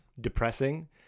depressing